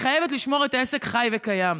היא חייבת לשמור את העסק חי וקיים.